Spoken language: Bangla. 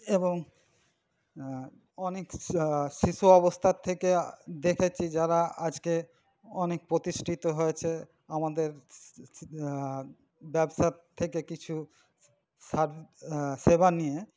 এবং অনেক শিশু অবস্থার থেকে দেখেছি যারা আজকে অনেক প্রতিষ্ঠিত হয়েছে আমাদের ব্যবসার থেকে কিছু সার সেবা নিয়ে